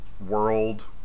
world